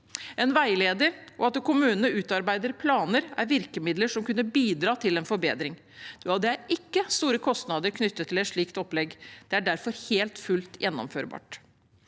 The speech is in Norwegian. En veileder og at kommunene utarbeider planer, er virkemidler som kan bidra til en forbedring. Det er ikke store kostnader knyttet til et slikt opplegg, og det er derfor fullt mulig å gjennomføre.